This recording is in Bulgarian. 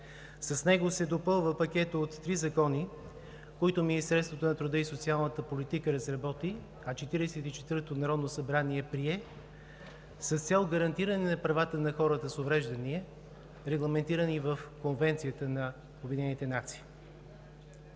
С него се допълва пакетът от три закона, които Министерството на труда и социалната политика разработи, а Четиридесет и четвъртото народно събрание прие с цел гарантиране на правата на хората с увреждания, регламентирани в Конвенцията на